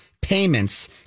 payments